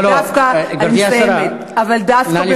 אבל דווקא, לא, לא, גברתי השרה, נא לסיים.